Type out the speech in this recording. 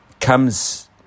comes